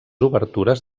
obertures